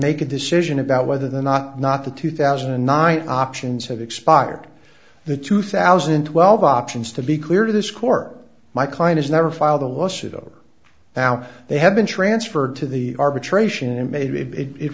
make a decision about whether the not not the two thousand and nine options have expired the two thousand and twelve options to be clear to this court my client has never filed a lawsuit over now they have been transferred to the arbitration and maybe it